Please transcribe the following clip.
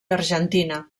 argentina